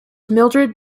mildred